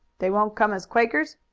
they won't come as quakers?